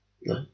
No